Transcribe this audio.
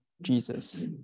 Jesus